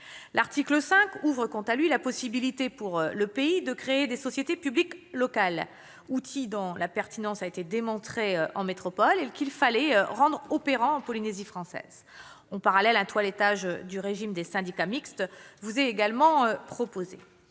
L'article 5 ouvre, quant à lui, la possibilité pour le pays de créer des sociétés publiques locales, outils dont la pertinence a été démontrée en métropole et qu'il fallait rendre opérants en Polynésie française. En parallèle, un toilettage du régime des syndicats mixtes est également proposé.